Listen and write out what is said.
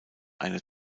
eine